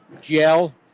gel